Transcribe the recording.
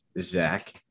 Zach